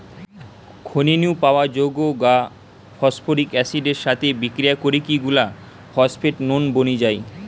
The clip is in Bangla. খনি নু পাওয়া যৌগ গা ফস্ফরিক অ্যাসিড এর সাথে বিক্রিয়া করিকি গুলা ফস্ফেট নুন বনি যায়